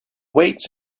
weights